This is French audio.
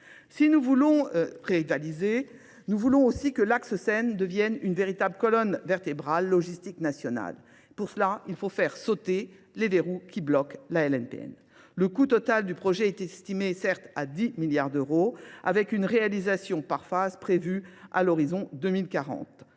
Si nous voulons réaliser, nous voulons aussi que l'Axe Seine devienne une véritable colonne vertébrale logistique nationale. Pour cela, il faut faire sauter les verrous qui bloquent la LNP. Le coût total du projet est estimé certes à 10 milliards d'euros, avec une réalisation par phase prévue à l'horizon 2040.